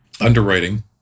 underwriting